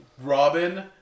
Robin